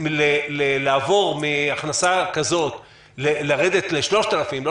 לעבור מהכנסה כזאת ולרדת ל-3,000 לא